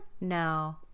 No